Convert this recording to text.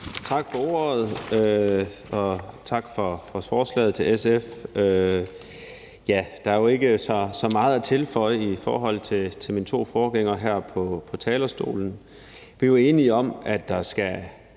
Tak for ordet, og tak for forslaget til SF. Der er jo ikke så meget at tilføje i forhold til mine to forgængere her på talerstolen. Vi er jo enige i forslagets